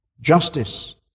justice